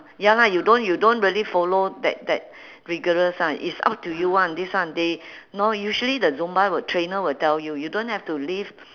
ya lah you don't you don't really follow that that vigorous ah it's up to you [one] this one they know usually the zumba will trainer will tell you you don't have to lift